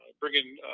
bringing